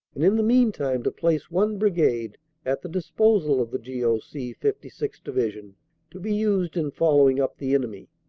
and in the meantime to place one brigade at the disposal of the g o c. fifty sixth. division to be used in following up the enemy.